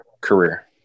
career